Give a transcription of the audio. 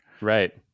Right